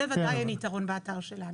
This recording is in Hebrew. לזה וודאי אין יתרון באתר שלנו,